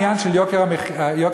העניין של יוקר הדיור,